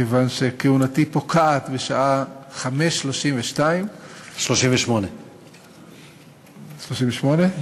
כיוון שכהונתי פוקעת בשעה 17:32, 38. 38?